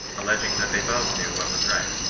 alleging that they both knew what was right,